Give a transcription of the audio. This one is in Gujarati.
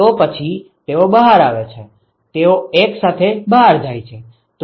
તો પછી તેઓ બહાર આવે છે તેઓ એક સાથે બહાર જાય છે